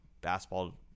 basketball